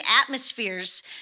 atmospheres